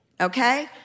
okay